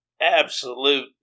Absolute